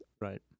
Right